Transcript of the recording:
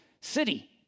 city